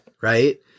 right